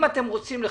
אם אתם רוצים לחכות,